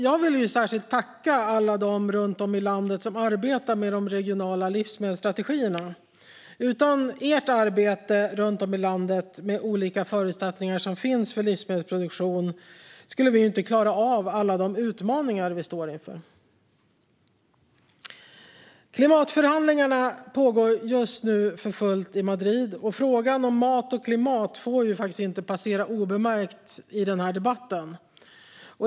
Jag vill särskilt tacka alla runt om i landet som arbetar med de regionala livsmedelsstrategierna. Utan ert arbete runt om i landet, med de olika förutsättningarna för livsmedelsproduktion, skulle vi inte klara av alla de utmaningar vi står inför. Klimatförhandlingarna pågår just nu för fullt i Madrid. Frågan om mat och klimat får inte passera obemärkt i den här debatten.